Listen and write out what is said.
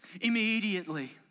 immediately